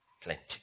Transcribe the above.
Plenty